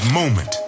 moment